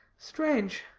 strange.